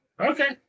Okay